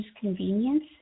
convenience